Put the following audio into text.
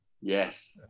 yes